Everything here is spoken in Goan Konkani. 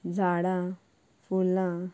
झाडां फुलां